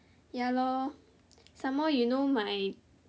ya lor some more you know my